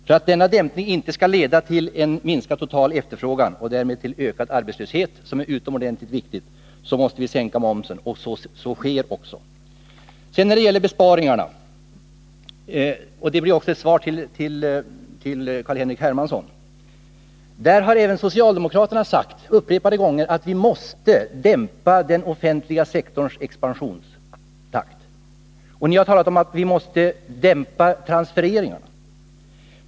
För att denna dämpning inte skall leda till en minskad total efterfrågan och därmed till ökad arbetslöshet, något som är utomordentligt viktigt, måste vi sänka momsen, och så sker också. När det sedan gäller besparingarna — och det blir mitt svar även till Carl-Henrik Hermansson — har ni socialdemokrater upprepade gånger sagt att vi måste dämpa den offentliga sektorns expansionstakt. Ni har talat om att vi måste dämpa transfereringarna.